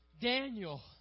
Daniel